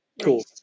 Cool